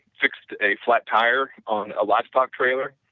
fixed a flat tire on a livestock trailer,